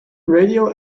radio